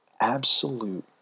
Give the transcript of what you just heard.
absolute